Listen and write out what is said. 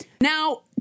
now